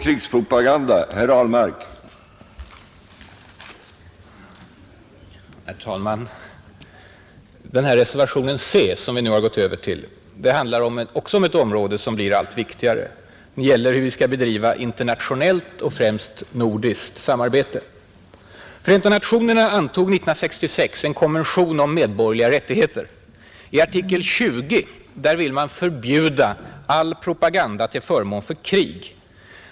Reservationen C handlar också om ett område som blir allt viktigare, Den gäller hur vi skall. bedriva internationellt och främst nordiskt samarbete. Förenta nationerna antog 1966 en konvention om medborgerliga rättigheter. I artikel 20 vill man förbjuda ”all propaganda till förmån för krig”.